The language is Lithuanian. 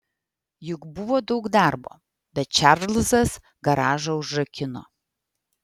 juk buvo daug darbo bet čarlzas garažą užrakino